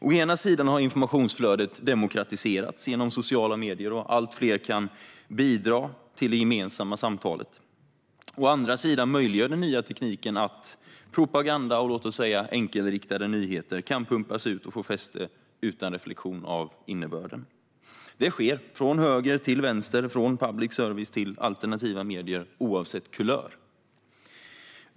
Å ena sidan har informationsflödet demokratiserats genom sociala medier. Allt fler kan bidra till det gemensamma samtalet. Å andra sidan möjliggör den nya tekniken att propaganda och enkelriktade nyheter kan pumpas ut och få fäste utan att man reflekterar över innebörden. Detta sker från höger till vänster, från public service till alternativa medier, oavsett kulör.